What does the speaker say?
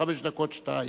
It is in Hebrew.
חמש דקות כמו שאתה היית?